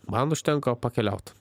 man užtenka pakeliaut